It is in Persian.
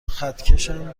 خطکشم